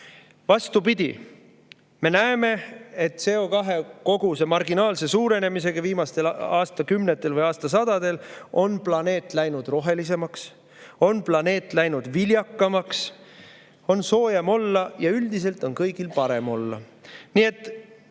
Vastupidi, me näeme, et CO2koguse marginaalse suurenemisega viimastel aastakümnetel või aastasadadel on planeet läinud rohelisemaks, planeet on läinud viljakamaks, meil on soojem olla ja üldiselt on kõigil parem olla. Mida